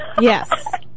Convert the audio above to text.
Yes